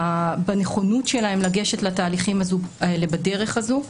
בנכונות שלהם לגשת לתהליכים האלה בדרך הזו,